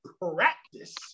practice